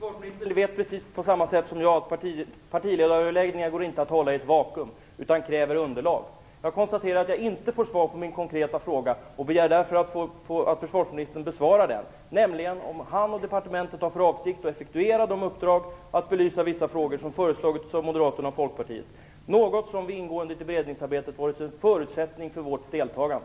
Herr talman! Försvarministern vet precis som jag att partiledaröverläggningar inte går att hålla i ett vakuum utan kräver underlag. Jag konstaterar att jag inte får svar på min konkreta fråga och begär därför att försvarsministern besvarar den. Har han och departementet för avsikt att effektuera det uppdrag att belysa vissa frågor som föreslagits av Moderaterna och Folkpartiet? Det har ingående i beredningsarbetet varit en förutsättning för vårt deltagande.